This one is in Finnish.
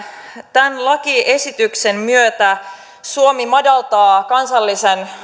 tämän lakiesityksen myötä suomi madaltaa kansallisen